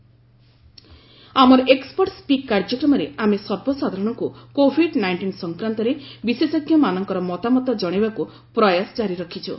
ଏକ୍ନପର୍ଟ speak ଆମର expert speak କାର୍ଯ୍ୟକ୍ରମରେ ଆମେ ସର୍ବସାଧାରଣଙ୍କୁ କୋବିଡ ନାଇଷ୍ଟିନ୍ ସଂକ୍ରାନ୍ତରେ ବିଶେଷଜ୍ଞମାନଙ୍କର ମତାମତ ଜଣାଇବାକୁ ପ୍ରୟାସ ଜାରି ରଖିଛୁ